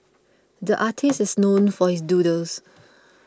the artist is known for his doodles